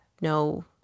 no